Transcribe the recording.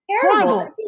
terrible